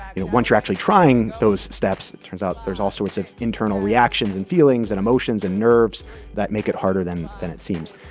you know, once you're actually trying those steps, it turns out there's all sorts of internal reactions and feelings and emotions and nerves that make it harder than than it seems.